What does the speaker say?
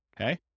okay